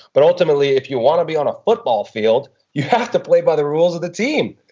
but ultimately if you want to be on a football field you have to play by the rules of the team.